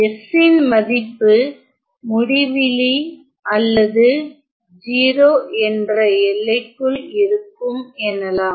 S ன் மதிப்பு முடிவிலி அல்லது 0 என்ற எல்லைக்குள் இருக்கும் எனலாம்